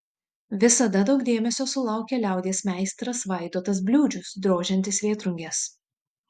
visada daug dėmesio sulaukia liaudies meistras vaidotas bliūdžius drožiantis vėtrunges